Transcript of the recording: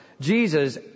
Jesus